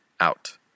out